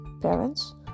parents